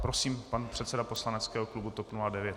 Prosím, pan předseda poslaneckého klubu TOP 09.